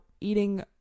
eating